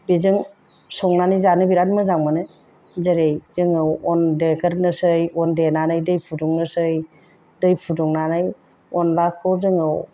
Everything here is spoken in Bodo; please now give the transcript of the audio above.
बेजों संनानै जानो बिराद मोजां मोनो जेरै जोङो अन देगोरनोसै अन देनानै दै फुदुंनोसै दै फुदुंनानै अनद्लाखौ जोङो